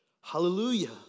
Hallelujah